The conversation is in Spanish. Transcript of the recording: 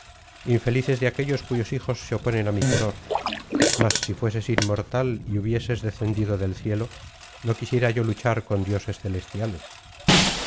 infelices de aquellos cuyos hijos se oponen á mi furor mas si fueses inmortal y hubieses descendido del cielo no quisiera yo luchar con dioses celestiales